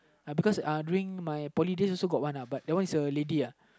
ya because during my poly days also got one uh but that one is a lady uh